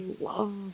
love